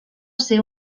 ser